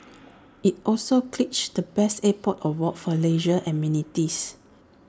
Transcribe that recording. IT also clinched the best airport award for leisure amenities